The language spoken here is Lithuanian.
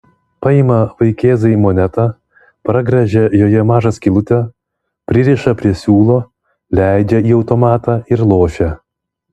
paima vaikėzai monetą pragręžia joje mažą skylutę pririša prie siūlo leidžia į automatą ir lošia